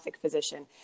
physician